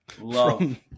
Love